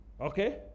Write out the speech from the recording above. Okay